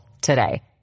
today